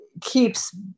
keeps